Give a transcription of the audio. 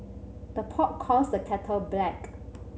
the pot calls the kettle black